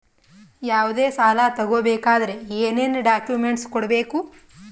ಯಾವುದೇ ಸಾಲ ತಗೊ ಬೇಕಾದ್ರೆ ಏನೇನ್ ಡಾಕ್ಯೂಮೆಂಟ್ಸ್ ಕೊಡಬೇಕು?